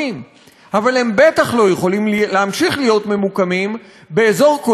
הם בטח לא יכולים להמשיך להיות ממוקמים באזור כל כך צפוף,